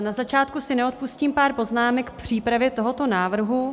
Na začátku si neodpustím pár poznámek k přípravě tohoto návrhu.